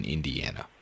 Indiana